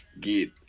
get